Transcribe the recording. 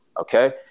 Okay